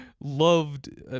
loved